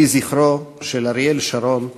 יהי זכרו של אריאל שרון ברוך.